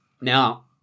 now